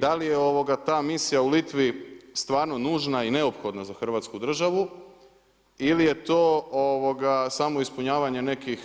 Da li je ta misija u Litvi stvarno nužna i neophodna za Hrvatsku državu ili je to samo ispunjavanje nekih